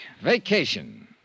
vacation